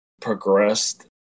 progressed